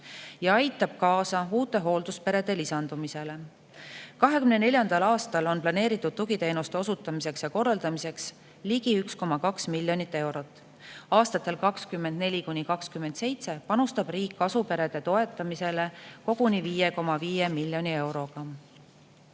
ja aitab kaasa uute hooldusperede lisandumisele. 2024. aastal on planeeritud tugiteenuste osutamiseks ja korraldamiseks ligi 1,2 miljonit eurot. Aastatel 2024–2027 panustab riik kasuperede toetamisse koguni 5,5 miljonit eurot.